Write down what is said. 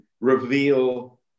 reveal